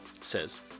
says